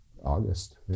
August